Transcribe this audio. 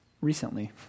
recently